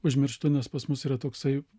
užmirštu nes pas mus yra toksai